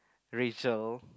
Rachel